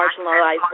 marginalized